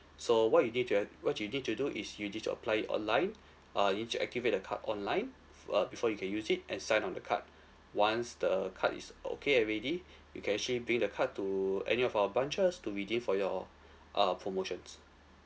so what you need to have what you need to do is you need to apply it online uh you need to activate the card online uh before you can use it and sign on the card once the card is okay already you can actually bring the card to any of our branches to redeem for your uh promotions